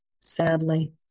Sadly